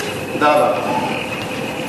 החוקה, חוק ומשפט נתקבלה.